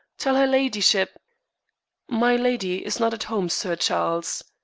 tell her ladyship milady is not at home, sir charles.